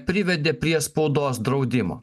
privedė prie spaudos draudimo